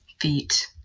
feet